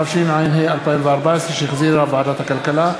התשע"ה 2014, שהחזירה ועדת הכלכלה.